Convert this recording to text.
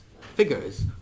figures